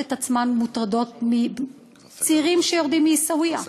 את עצמן מוטרדות מצעירים מעיסאוויה,